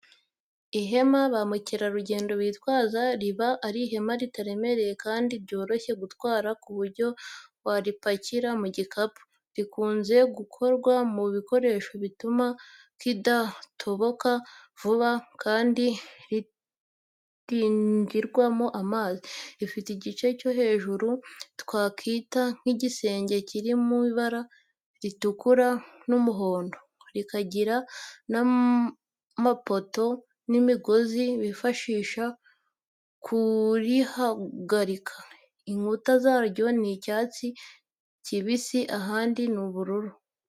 Ihema ba mukerarugendo bitwaza riba ari ihema ritaremereye kandi ryoroshye gutwara ku buryo waripakira mu gikapu, rikunze gukorwa mu bikoresho bituma kidatoboka vuba kandi ritinjirwamo n’amazi. Rifite igice cyo hejuru twakita nk'igisenge kiri mu ibara ritukura n'umuhondo, rikagira n'amapoto n'imigozi bifasha kurihagarika. Inkuta zaryo ni icyatsi kibisi ahandi ni ubururu.